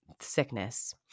sickness